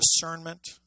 discernment